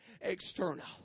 external